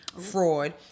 fraud